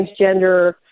transgender